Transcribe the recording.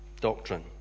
doctrine